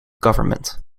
government